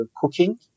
cooking